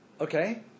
Okay